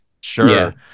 sure